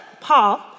Paul